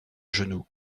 genou